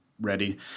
ready